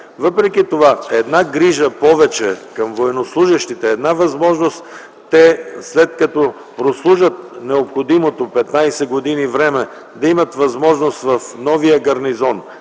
Въпреки това една грижа повече към военнослужещите, една възможност те, след като прослужат необходимите 15 години да имат възможност в новия гарнизон,